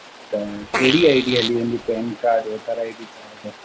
त कहिड़ी I D हली वेंदी PAN card voter I D card